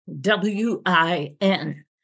W-I-N